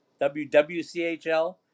WWCHL